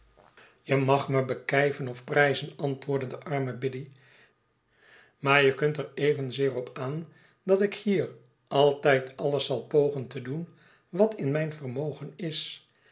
je mag me bekijven of prijzen antwoordde de arme biddy maar je kunt er evenzeer op aan dat ik hier altijd alles zal pogen te doen wat in mijn vermogen is